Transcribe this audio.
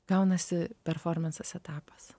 gaunasi performansas etapas